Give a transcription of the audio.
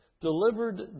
Delivered